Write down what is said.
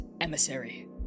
emissary